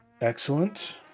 Excellent